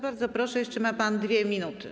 Bardzo proszę, jeszcze ma pan 2 minuty.